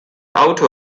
auto